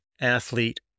athlete